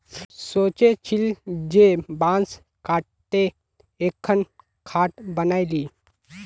सोचे छिल जे बांस काते एकखन खाट बनइ ली